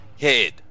head